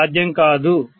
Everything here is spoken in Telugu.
అది సాధ్యం కాదు